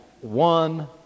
one